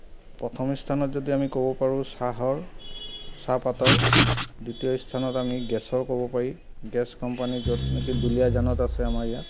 প্ৰথম স্থানত যদি আমি ক'ব পাৰোঁ চাহৰ চাহপাতৰ দ্বিতীয় স্থানত আমি গেছৰ ক'ব পাৰিম গেছ কোম্পানী য'ত নেকি ডুলিয়াজানত আছে আমাৰ ইয়াত